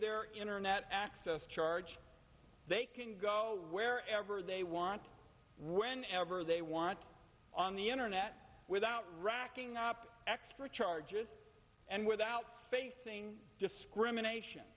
their internet access charge they can go wherever they want whenever they want on the internet without racking up extra charges and without facing discrimination